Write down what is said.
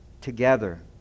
together